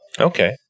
okay